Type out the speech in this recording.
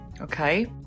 Okay